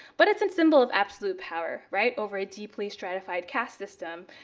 but it's a symbol of absolute power, right? over a deeply stratified caste system,